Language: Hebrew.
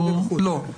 לא,